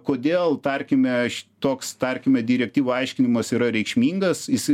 kodėl tarkime aš toks tarkime direktyvų aiškinimas yra reikšmingas jisai